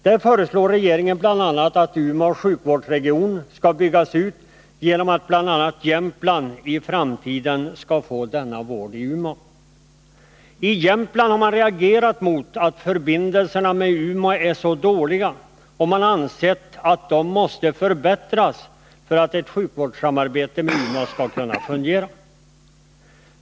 Där föreslår regeringen bl.a. att Umeå sjukvårdsregion skall byggas ut genom att bl.a. Jämtland i framtiden skall få denna vård i Umeå. I Jämtland har man reagerat mot att förbindelserna med Umeå är så dåliga, och man har ansett att de måste förbättras för att ett sjukvårdssamarbete med Jämtland skall kunna fungera.